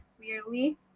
weirdly